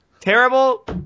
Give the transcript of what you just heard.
Terrible